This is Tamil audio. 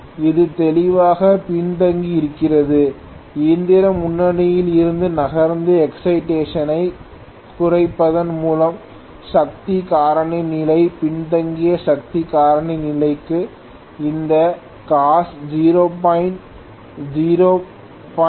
இது தெளிவாக பின்தங்கியிருக்கிறது இயந்திரம் முன்னணியில் இருந்து நகர்ந்த எக்சைடேஷன் ஐ குறைப்பதன் மூலம் சக்தி காரணி நிலை பின்தங்கிய சக்தி காரணி நிலைக்கு இந்த cos 0